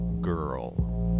girl